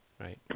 Right